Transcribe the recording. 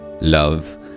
love